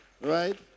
right